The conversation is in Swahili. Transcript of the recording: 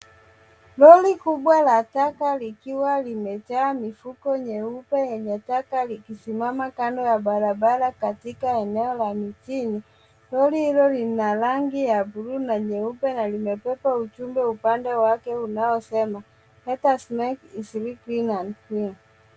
Lori kubwa la taka likiwa limejaa mifuko nyeupe yenye taka likisimama kando ya barabara katika eneo la mijini. Lori hilo lina rangi ya bluu na nyeupe na limebeba ujumbe kwenye upande wake unaosema, let us make Eastleigh safe and clean.